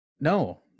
No